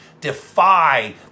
defy